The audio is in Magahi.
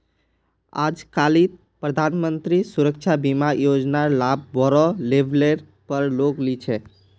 आजकालित प्रधानमंत्री सुरक्षा बीमा योजनार लाभ बोरो लेवलेर पर लोग ली छेक